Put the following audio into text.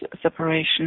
separation